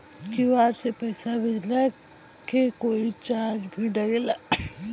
QR से पैसा भेजला के कोई चार्ज भी लागेला?